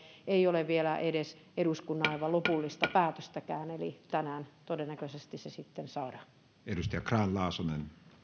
ei ole vielä edes eduskunnan aivan lopullista päätöstäkään eli tänään se todennäköisesti sitten saadaan